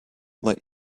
let